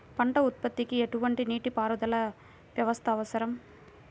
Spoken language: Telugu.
పంట ఉత్పత్తికి ఎటువంటి నీటిపారుదల వ్యవస్థ అవసరం?